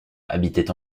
habitait